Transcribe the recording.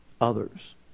Others